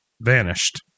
vanished